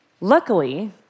Luckily